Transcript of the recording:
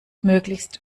möglichst